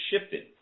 shifted